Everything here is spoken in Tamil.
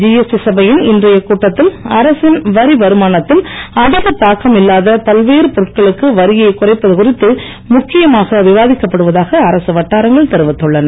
ஜிஎஸ்டி சபையின் இன்றைய கூட்டத்தில் அரசின் வரி வருமானத்தில் அதிக தாக்கம் இல்லாத பல்வேறு பொருட்களுக்கு வரியை குறைப்பது குறித்து முக்கியமாக விவாதிக்கப்படுவதாக அரக வட்டாரங்கள் தெரிவித்துள்ளன